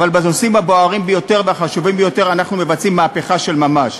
אבל בנושאים הבוערים ביותר והחשובים ביותר אנחנו מבצעים מהפכה של ממש.